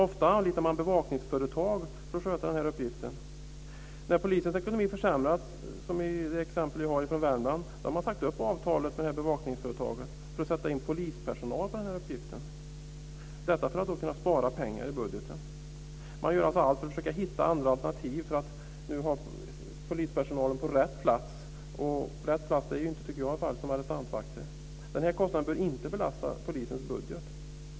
Ofta anlitar man bevakningsföretag för att sköta uppgiften. När polisens ekonomi försämras har man, som i det exempel vi har från Värmland, sagt upp avtalet med bevakningsföretaget för att sätta in polispersonal på uppgiften. Detta har man gjort för att kunna spara pengar i budgeten. Man gör alltså allt för att kunna hitta andra alternativ än att ha polispersonal på rätt plats. Och rätt plats är inte, det tycker inte jag i alla fall, som arrestantvakter. Den här kostnaden bör inte belasta polisens budget.